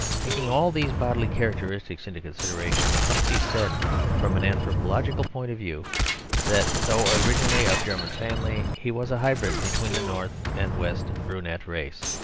taking all these bodily characteristics into consideration, it must be said from an anthropological point of view that though originally of german family he was a hybrid between the north and west brunette race.